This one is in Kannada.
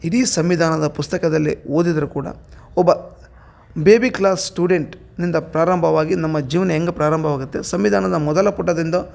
ಇಡೀ ಸಂವಿಧಾನದ ಪುಸ್ತಕದಲ್ಲಿ ಓದಿದ್ದರೂ ಕೂಡ ಒಬ್ಬ ಬೇಬಿ ಕ್ಲಾಸ್ ಸ್ಟೂಡೆಂಟ್ನಿಂದ ಪ್ರಾರಂಭವಾಗಿ ನಮ್ಮ ಜೀವನ ಹೆಂಗೆ ಪ್ರಾರಂಭವಾಗತ್ತೆ ಸಂವಿಧಾನದ ಮೊದಲ ಪುಟದಿಂದ